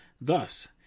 Thus